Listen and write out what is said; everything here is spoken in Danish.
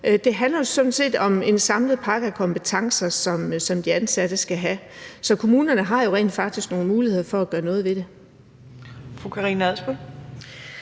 sådan set om en samlet pakke af kompetencer, som de ansatte skal have. Så kommunerne har jo rent faktisk nogle muligheder for at gøre noget ved det.